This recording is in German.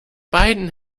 beiden